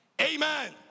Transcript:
Amen